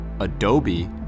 Adobe